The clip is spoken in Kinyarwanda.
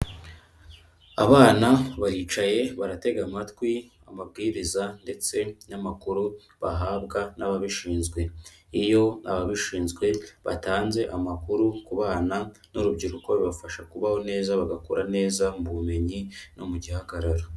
Abana baricaye baratega amatwi amabwiriza ndetse n'amakuru bahabwa n'ababishinzwe, iyo ababishinzwe batanze amakuru ku bana n'urubyiruko bibafasha kubaho neza bagakura neza mu bumenyi no mu gihagararo.